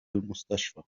المستشفى